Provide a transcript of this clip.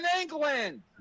England